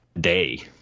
day